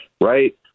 Right